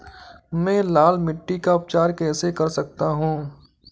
मैं लाल मिट्टी का उपचार कैसे कर सकता हूँ?